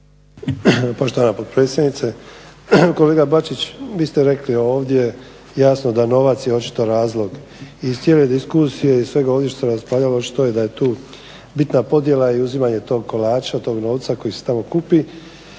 Poštovana potpredsjednice. Kolega Bačić, vi ste rekli ovdje jasno da novac je očito razlog. Iz cijele diskusije iz svega ovdje što se raspravljalo očito je da je tu bitna podjela i uzimanje tog kolača, tog novca koji se tamo kupi.